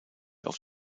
auf